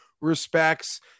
respects